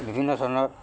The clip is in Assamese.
বিভিন্ন ধৰণৰ